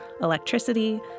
electricity